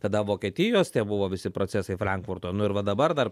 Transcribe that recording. tada vokietijos tie buvo visi procesai frankfurto nu ir va dabar dar